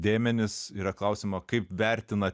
dėmenys yra klausiama kaip vertina